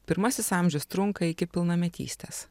pirmasis amžius trunka iki pilnametystės